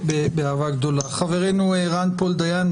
חברנו רן פול-דיין,